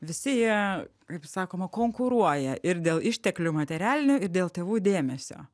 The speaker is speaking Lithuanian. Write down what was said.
visi jie kaip sakoma konkuruoja ir dėl išteklių materialinių ir dėl tėvų dėmesio